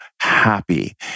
happy